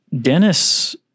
dennis